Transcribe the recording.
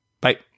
Bye